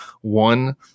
one